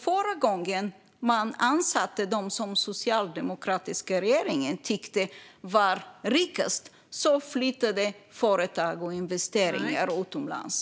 Förra gången man ansatte dem som den socialdemokratiska regeringen tyckte var rikast flyttade företag och investeringar utomlands.